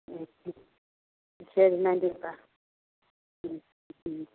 ம் ம் சரி நன்றிங்கப்பா ம் ம்